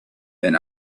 been